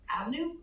avenue